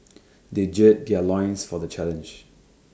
they gird their loins for the challenge